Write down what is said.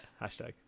Hashtag